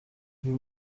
uyu